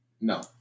No